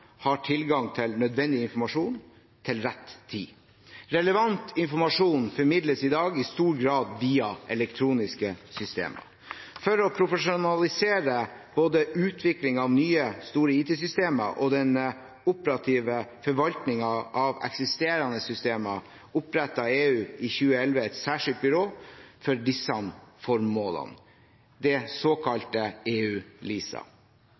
har tilgang til nødvendig informasjon til rett tid. Relevant informasjon formidles i dag i stor grad via elektroniske systemer. For å profesjonalisere både utviklingen av nye store IT-systemer og den operative forvaltningen av eksisterende systemer opprettet EU i 2011 et særskilt byrå til disse formålene, det